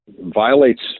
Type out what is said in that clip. violates